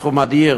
סכום אדיר,